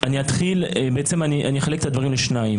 אני אחלק את דבריי לשני חלקים,